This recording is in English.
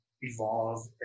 evolve